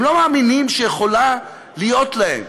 הם לא מאמינים שיכולות להיות להם